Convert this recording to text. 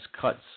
cuts